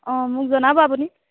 অঁ মোক জনাব আপুনি